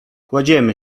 kładziemy